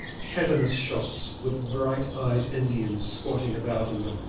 cavernous shops with bright-eyed indians squatting about in them.